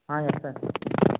yes sir